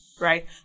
right